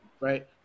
right